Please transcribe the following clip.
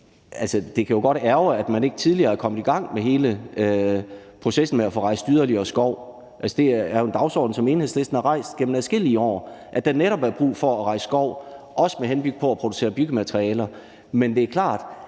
det kan jo godt ærgre, at man ikke tidligere er kommet i gang med hele processen med at få rejst yderligere skov. Det er jo en dagsorden, som Enhedslisten har rejst gennem adskillige år, altså at der netop er brug for at rejse skov, også med henblik på at producere byggematerialer. Men det er klart,